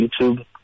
YouTube